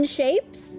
shapes